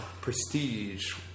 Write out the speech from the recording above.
prestige